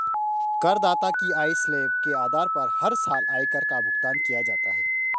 करदाता की आय स्लैब के आधार पर हर साल आयकर का भुगतान किया जाता है